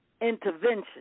intervention